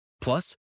Plus